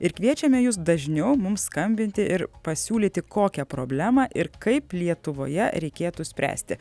ir kviečiame jus dažniau mums skambinti ir pasiūlyti kokią problemą ir kaip lietuvoje reikėtų spręsti